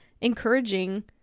encouraging